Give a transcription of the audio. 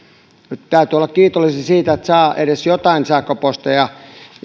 täytyy olla kiitollisia siitä että saa edes jotain sähköposteja